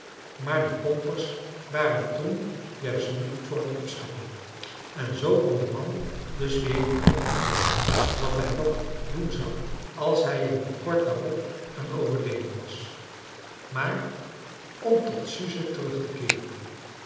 maar de pompers waren toen juist niet voor het opscheppen en zoo kon de man dus weer aan het pompen gaan wat hij nog doen zou als hij er niet kort daarop aan overleden was maar om tot suze terug te keeren